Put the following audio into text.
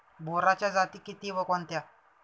बोराच्या जाती किती व कोणत्या?